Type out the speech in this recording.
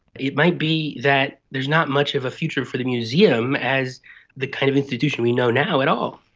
it might be that there is not much of a future for the museum as the kind of institution we know now at all.